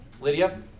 Lydia